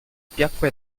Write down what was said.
piacque